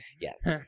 yes